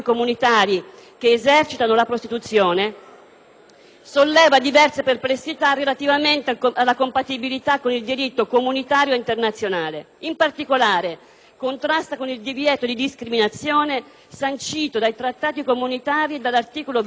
solleva diverse perplessità relativamente alla compatibilità con il diritto comunitario e internazionale. In particolare, contrasta con il divieto di discriminazione sancito dai Trattati comunitari e dall'articolo 21 della Carta dei diritti fondamentali dell'Unione europea,